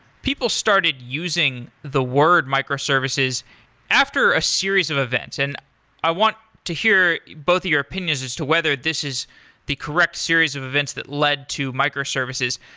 people started using the word microservices after a series of events. and i want to hear both of your opinions as to whether this is the correct series of events that led to microservices.